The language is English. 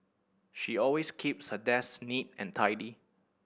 she always keeps her desk neat and tidy